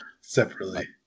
Separately